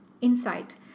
insight